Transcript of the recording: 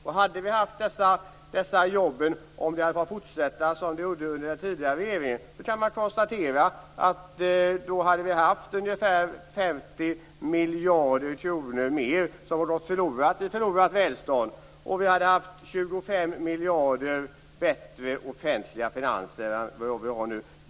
Om vi hade fått fortsätta som under den tidigare regeringen hade dessa jobb funnits. Men ungefär 50 miljarder har förkommit i förlorat välstånd. Vi hade kunnat ha 25 miljarder bättre offentliga finanser än nu.